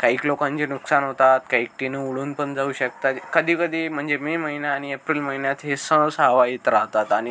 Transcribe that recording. कैक लोकांचे नुकसान होतात कैक टीनं उडून पण जाऊ शकतात कधी कधी म्हणजे मे महिना आणि एप्रिल महिन्यात हे सहसा हवा येत राहतात आणि